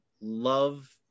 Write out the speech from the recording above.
love